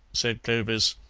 said clovis,